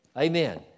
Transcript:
Amen